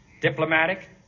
diplomatic